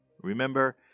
Remember